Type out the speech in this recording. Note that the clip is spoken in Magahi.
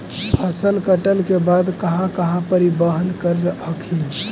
फसल कटल के बाद कहा कहा परिबहन कर हखिन?